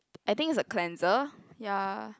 I think is a cleanser ya